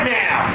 now